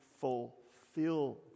fulfill